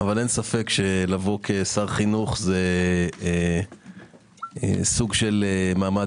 אבל אין ספק שלבוא כשר חינוך זה סוג של מעמד